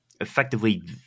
effectively